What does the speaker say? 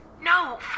No